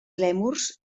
lèmurs